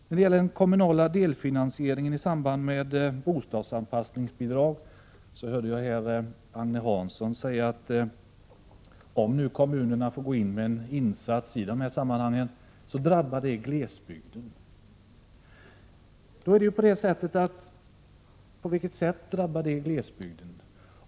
När det gäller den kommunala delfinansieringen i samband med bostadsanpassningsbidrag hörde jag Agne Hansson säga att om nu kommunerna får gå in med en insats i de här sammanhangen drabbar det glesbygden. På vilket sätt drabbar det glesbygden?